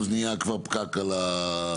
אז נהייה כבר פקק על החלונות,